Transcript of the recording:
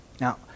Now